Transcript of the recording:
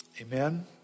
amen